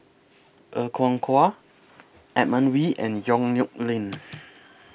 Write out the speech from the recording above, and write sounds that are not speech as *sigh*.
Er Kwong Wah *noise* Edmund Wee and Yong Nyuk Lin *noise*